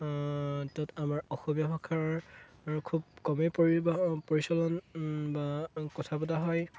তাত আমাৰ অসমীয়া ভাষাৰ খুব কমেই পৰিবহ প্ৰচলন বা কথা পতা হয়